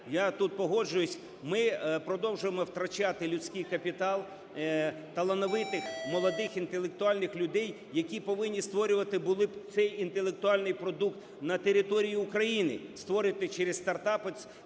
я тут погоджуюсь, ми продовжуємо втрачати людський капітал талановитих молодих інтелектуальних людей, які повинні створювати були б цей інтелектуальний продукт на території України, створювати через стартапи,